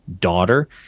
daughter